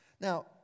Now